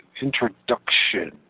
Introduction